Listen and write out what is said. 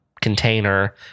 container